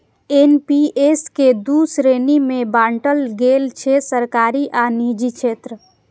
NPS कें दू श्रेणी मे बांटल गेल छै, सरकारी आ निजी क्षेत्र